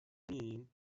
men